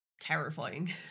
terrifying